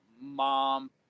mom